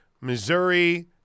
Missouri